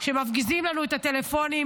שמפגיזים לנו את הטלפונים,